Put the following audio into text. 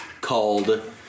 called